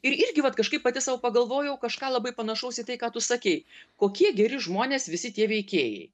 ir irgi vat kažkaip pati sau pagalvojau kažką labai panašaus į tai ką tu sakei kokie geri žmonės visi tie veikėjai